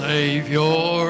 Savior